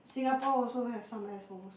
Singapore also have some assholes